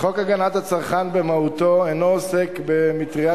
חוק הגנת הצרכן במהותו אינו עוסק במאטריה